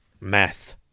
Math